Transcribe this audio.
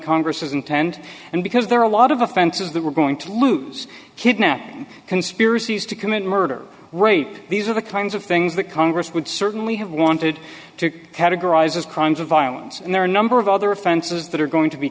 congress's intend and because there are a lot of offenses that we're going to lose kidnapping conspiracies to commit murder rape these are the kinds of things that congress would certainly have wanted to categorize as crimes of violence and there are a number of other offenses that are going to be